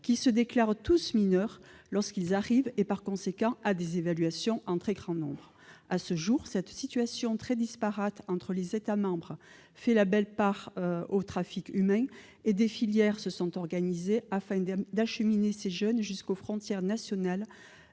qui se déclarent tous « mineurs » lorsqu'ils arrivent et, par conséquent, à des évaluations en très grand nombre. À ce jour, cette situation très disparate entre les États membres fait la part belle au trafic humain et des filières se sont organisées afin d'acheminer ces jeunes jusqu'aux frontières nationales